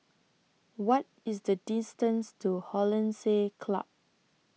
What IS The distance to Hollandse Club